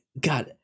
God